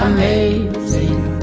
Amazing